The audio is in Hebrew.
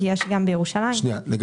אני לא מגיב.